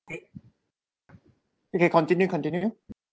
K okay continue continue